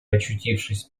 очутившись